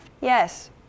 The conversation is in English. Yes